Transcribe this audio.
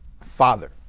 father